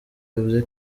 yavuze